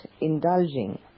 indulging